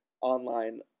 online